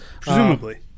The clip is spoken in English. Presumably